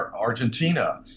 Argentina